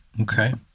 okay